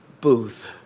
booth